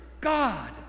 God